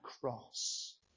cross